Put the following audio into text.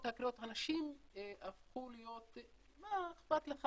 אנשים הפכו להיות שאננים: "מה אכפת לך,